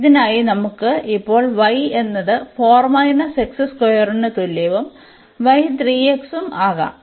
അതിനാൽ ഇതിനായി നമുക്ക് ഇപ്പോൾ y എന്നത് ന് തുല്യവും y ഉം ആകാം